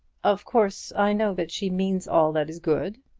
of course i know that she means all that is good,